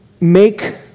make